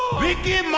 vicky